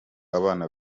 abana